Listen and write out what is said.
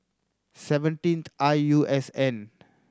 seventeenth I U S N